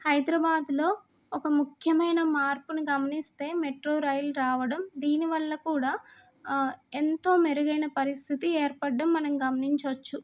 హైదరాబాద్లో ఒక ముఖ్యమైన మార్పుని గమనిస్తే మెట్రో రైలు రావడం దీనివల్ల కూడా ఎంతో మెరుగైన పరిస్థితి ఏర్పడడం మనం గమనించవచ్చు